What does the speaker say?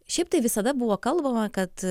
šiaip tai visada buvo kalbama kad